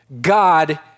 God